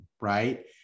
right